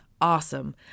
awesome